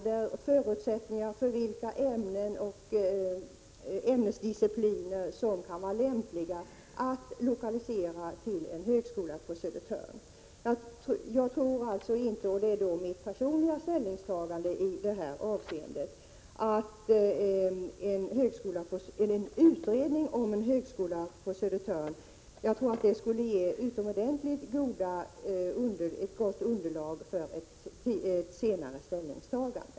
Den skulle även upplysa om förutsättningarna för vilka ämnen och ämnesdiscipliner som kan vara lämpliga att lokalisera till en högskola på Södertörn. Jag tror alltså att en utredning om en högskola på Södertörn skulle ge ett utomordentligt gott underlag för ett senare ställningstagande.